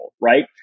right